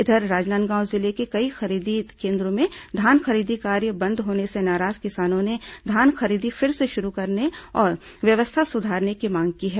इधर राजनांदगांव जिले के कई खरीदी केन्द्रों में धान खरीदी कार्य बंद होने से नाराज किसानों ने धान खरीदी फिर से शुरू करने और व्यवस्था सुधारने की मांग की है